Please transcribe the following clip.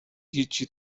هیچی